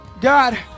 God